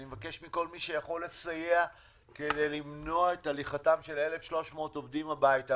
אני מבקש מכל מי שיכול לסייע כדי למנוע את הליכתם של 1,300 עובדים הביתה